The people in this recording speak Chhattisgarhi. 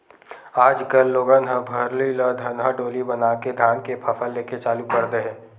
आज कल लोगन ह भर्री ल धनहा डोली बनाके धान के फसल लेके चालू कर दे हे